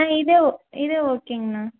ஆ இதே இதே ஓகேங்கண்ணா